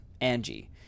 Angie